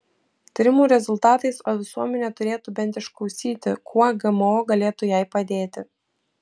tyrimų rezultatais o visuomenė turėtų bent išklausyti kuo gmo galėtų jai padėti